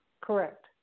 correct